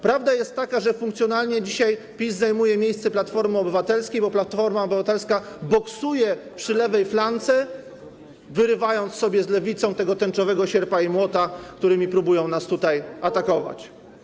Prawda jest taka, że funkcjonalnie dzisiaj PiS zajmuje miejsce Platformy Obywatelskiej, bo Platforma Obywatelska boksuje przy lewej flance, wyrywając sobie z Lewicą ten tęczowy sierp i młot, którymi próbują nas tutaj atakować.